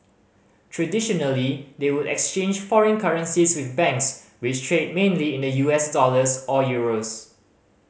traditionally they would exchange foreign currencies with banks which trade mainly in the U S dollars or euros